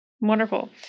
Wonderful